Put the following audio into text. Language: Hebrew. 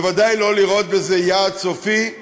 בוודאי לא לראות בזה יעד סופי.